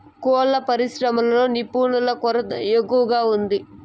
కోళ్ళ పరిశ్రమలో నిపుణుల కొరత ఎక్కువగా ఉంది